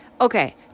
okay